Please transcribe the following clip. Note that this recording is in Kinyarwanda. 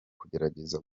kugerageza